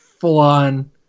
full-on